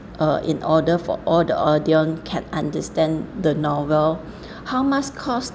uh in order for all the audience can understand the novel how much cost